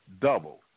double